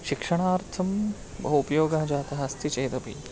शिक्षणार्थं बहु उपयोगः जातः अस्ति चेदपि